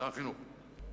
שר החינוך,